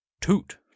Toot